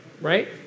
Right